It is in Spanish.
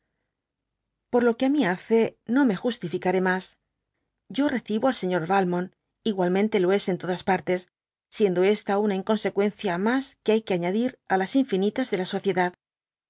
por lo que á mi hace no me justificare mas to recibo al señor valmont igualmente lo es en todas partes siendo esta una inconseqüencia mas que hay que añadir á las infinitas de la sociedad